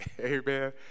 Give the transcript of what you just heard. Amen